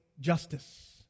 justice